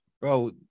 bro